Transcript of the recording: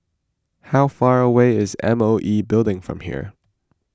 how far away is M O E Building from here